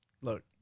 Look